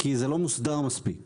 כי העניין לא מוסדר מספיק.